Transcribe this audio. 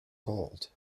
gold